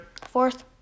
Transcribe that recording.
Fourth